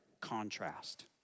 contrast